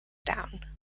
down